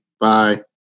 Bye